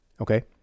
okay